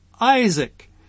Isaac